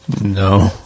no